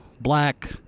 black